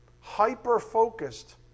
hyper-focused